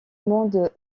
mode